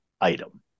item